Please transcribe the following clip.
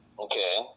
Okay